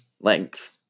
length